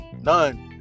None